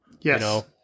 Yes